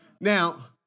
Now